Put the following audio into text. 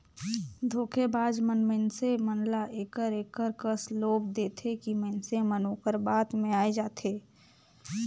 धोखेबाज मन मइनसे मन ल एकर एकर कस लोभ देथे कि मइनसे मन ओकर बात में आए जाथें